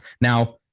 Now